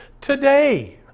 today